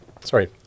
Sorry